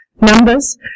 numbers